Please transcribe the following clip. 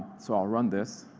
so i'll run this.